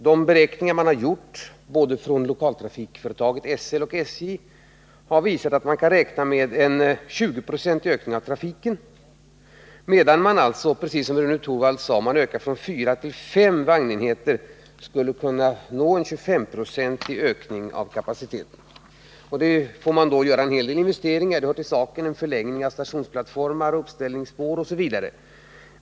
De beräkningar som gjorts både av lokaltrafikföretaget SL och av SJ visar att man kan räkna med en 20-procentig ökning av trafiken, medan man — precis som Rune Torwald sade — genom en ökning från fyra till fem vagnenheter skulle kunna nå en 25-procentig ökning av kapaciteten. Det hör till saken att man då får göra en hel del investeringar i form av förlängning av stationsplattformar, uppställningsspår osv.